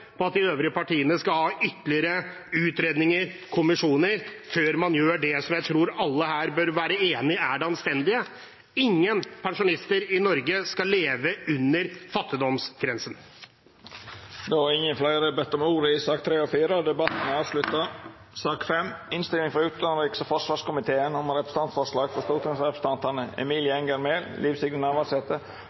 på at de øvrige partiene skal ha ytterligere utredninger og kommisjoner før man gjør det som jeg tror alle her bør være enig i er det anstendige: Ingen pensjonister i Norge skal leve under fattigdomsgrensen. Fleire har ikkje bedt om ordet til sakene nr. 3 og 4. Etter ynske frå utanriks- og forsvarskomiteen vil presidenten ordna debatten slik: 5 minutt til kvar partigruppe og